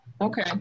Okay